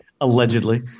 Allegedly